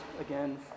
again